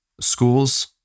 schools